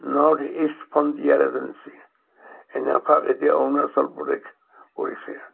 north East Frontier Agency নেফাক এতিয়া অৰুণাচল প্ৰদেশ কৰিছে